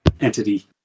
entity